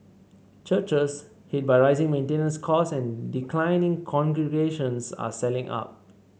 churches hit by rising maintenance costs and declining congregations are selling up